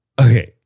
Okay